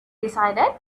decided